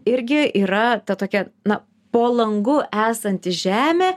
irgi yra ta tokia na po langu esanti žemė